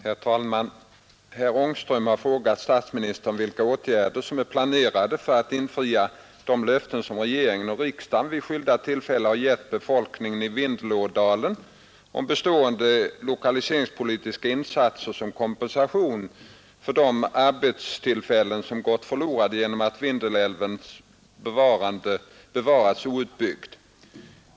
Herr talman! Herr Ångström har frågat statsministern vilka åtgärder som är planerade för att infria de löften som regering och riksdag vid skilda tillfällen har gett befolkningen i Vindelådalen om bestående lokaliseringspolitiska insatser som kompensation för de arbetstillfällen som gatt förlorade genom att Vindelälven bevarats outbyggd.